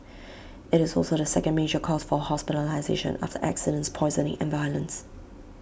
IT is also the second major cause for hospitalisation after accidents poisoning and violence